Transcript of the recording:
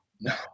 No